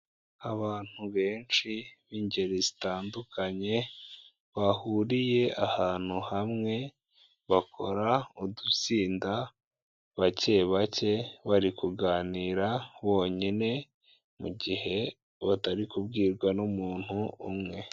Abantu benshi b'ingeri zitandukanye bahuriye ahantu hamwe, bakora udutsinda bake bake bari kuganira bonyine mu gihe batari kubwirwa n'umuntu umwe.